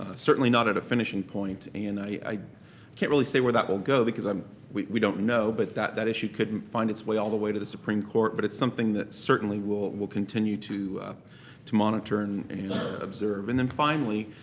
ah certainly not at a finishing point. and i can't really say where that will go because um we don't know but that that issue could find it's way all the way to the supreme court. but it's something that certainly we'll continue to to monitor and observe. and then finally,